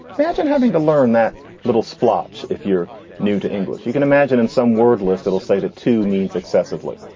imagine having to learn that little splotch. if you're new to english you can imagine in some wordlist it'll say that to mean successively.